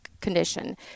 condition